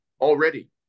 already